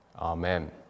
Amen